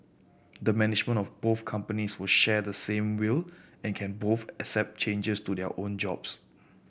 the management of both companies will share the same will and can both accept changes to their own jobs